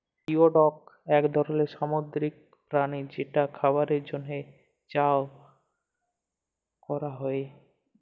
geoduck এক ধরলের সামুদ্রিক প্রাণী যেটা খাবারের জন্হে চাএ ক্যরা হ্যয়ে